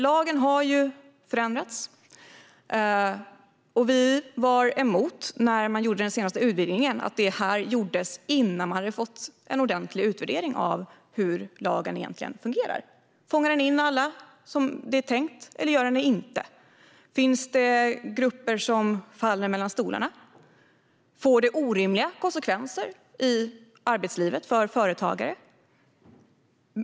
Lagen har förändrats, och vi var emot att den senaste utvidgningen gjordes innan man hade gjort en ordentlig utvärdering av hur lagen fungerar. Fångar den in alla som det är tänkt eller inte? Finns det grupper som faller mellan stolarna? Får det orimliga konsekvenser i arbetslivet för företagare?